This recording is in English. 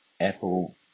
Apple